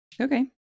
okay